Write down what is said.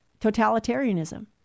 totalitarianism